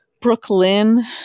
Brooklyn